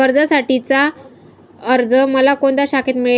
कर्जासाठीचा अर्ज मला कोणत्या शाखेत मिळेल?